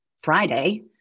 Friday